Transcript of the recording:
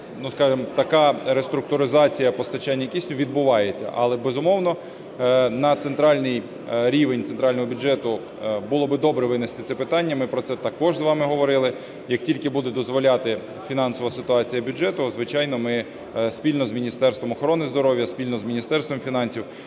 така реструктуризація постачання кисню відбувається. Але, безумовно, на центральний рівень центрального бюджету було би добре винести це питання. Ми про це також з вами говорили. Як тільки буде дозволяти фінансова ситуація бюджету, звичайно, ми спільно з Міністерством охорони здоров'я, спільно з Міністерством фінансів